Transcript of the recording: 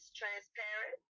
transparent